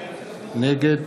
נגד